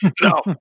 No